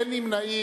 אין נמנעים.